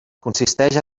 consisteix